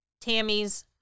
Tammy's